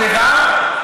סליחה?